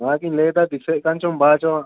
ᱚᱱᱟᱜᱮᱧ ᱞᱟᱹᱭᱮᱫᱟ ᱫᱤᱥᱟᱹᱭᱮᱫ ᱠᱟᱱ ᱪᱚᱝ ᱵᱟᱝ ᱪᱚ